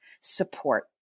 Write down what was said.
support